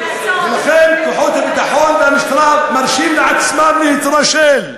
לכן כוחות הביטחון והמשטרה מרשים לעצמם להתרשל,